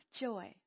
joy